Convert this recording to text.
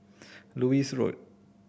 Lewis Road